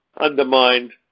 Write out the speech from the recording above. undermined